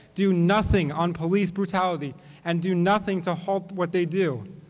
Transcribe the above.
do nothing on police brutality and do nothing to halt what they do.